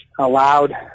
allowed